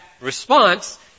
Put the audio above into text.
response